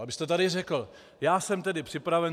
Abyste tady řekl: Já jsem tedy připraven.